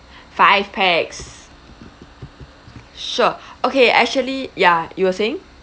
five pax sure okay actually ya you were saying